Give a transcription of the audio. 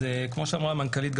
כמו שאמרה המנכ"לית,